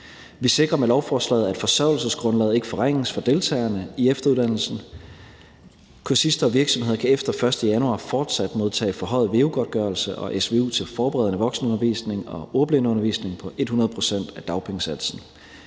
Vi sikrer med lovforslaget, at forsørgelsesgrundlaget ikke forringes for deltagerne i efteruddannelsen. Kursister og virksomheder kan efter 1. januar fortsat modtage forhøjet veu-godtgørelse og svu til forberedende voksenundervisning og ordblindeundervisning på 100 pct. af dagpengesatsen.